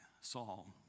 Saul